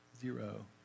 Zero